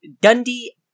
Dundee